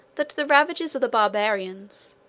that the ravages of the barbarians,